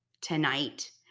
tonight